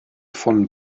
von